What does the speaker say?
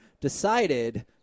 decided